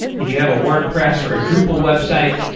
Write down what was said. if you have a wordpress, or a drupal website,